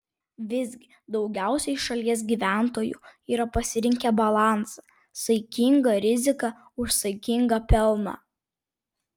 visgi daugiausiai šalies gyventojų yra pasirinkę balansą saikinga rizika už saikingą pelną